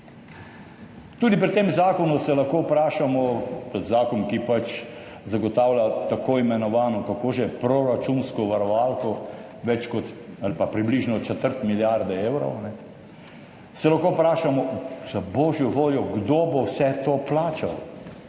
Tudi pri tem zakonu se lahko vprašamo, pač zakon, ki zagotavlja tako imenovano, kako že, proračunsko varovalko več kot, ali pa približno četrt milijarde evrov, se lahko vprašamo, za božjo voljo, kdo bo vse to plačal.